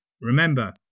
remember